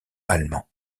allemands